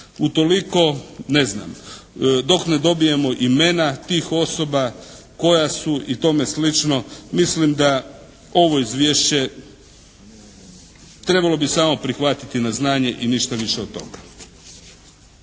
Utoliko ne znam dok ne dobijemo imena tih osoba koja su i tome slično mislim da ovo izvješće trebalo bi samo prihvatiti na znanje i ništa više od toga.